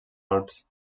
alps